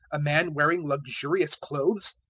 a man wearing luxurious clothes?